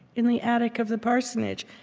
in the attic of the parsonage.